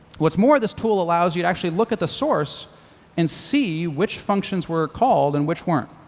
what's more, this tool allows you to actually look at the source and see which functions were called and which weren't.